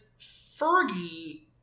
Fergie